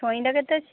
ଛୁଇଁଟା କେତେ ଅଛି